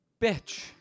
bitch